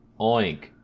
oink